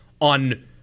on